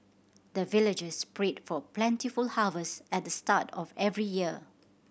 the villagers pray for plentiful harvest at the start of every year